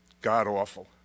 God-awful